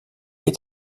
est